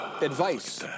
advice